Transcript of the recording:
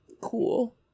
cool